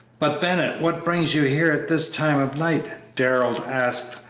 but, bennett, what brings you here at this time of night? darrell asked,